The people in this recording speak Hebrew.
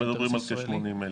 אנחנו מדברים על כ-80,000.